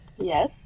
Yes